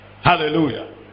Hallelujah